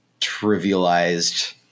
trivialized